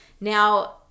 Now